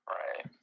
right